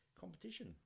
competition